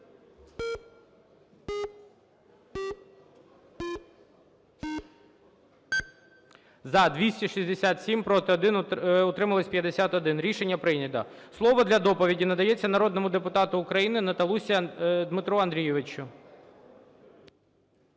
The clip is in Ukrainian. За-267 Проти – 1, утримались – 51. Рішення прийнято. Слово для доповіді надається народному депутату України Наталусі Дмитру Андрійовичу.